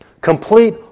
Complete